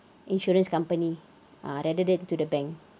insurance company ah rather than to the bank